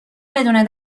بدون